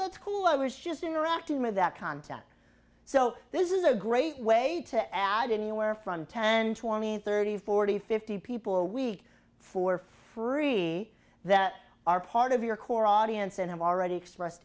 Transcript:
it's cool i was just interacting with that contact so this is a great way to add anywhere from ten twenty thirty forty fifty people a week for free that are part of your core audience and have already express